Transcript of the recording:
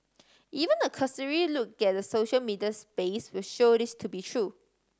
even a cursory look at the social media space will show this to be true